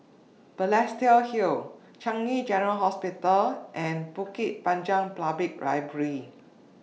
Balestier Hill Changi General Hospital and Bukit Panjang Public Library